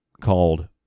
called